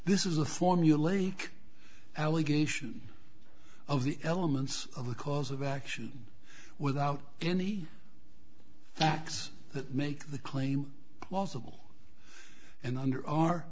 this is a formulaic allegation of the elements of the cause of action without any facts that make the claim plausible and under our